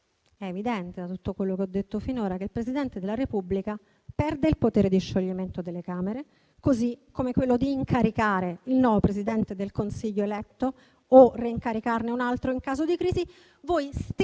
Repubblica. Da tutto quello che ho detto finora è evidente che il Presidente della Repubblica perde il potere di scioglimento delle Camere, così come quello di incaricare il nuovo Presidente del Consiglio eletto o di incaricarne un altro in caso di crisi. Voi